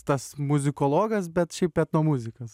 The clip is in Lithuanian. tas muzikologas bet šiaip etnomuzikas